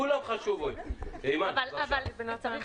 צריך